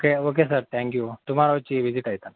okay okay sir thank you tomorrow వచ్చి visit అయితాను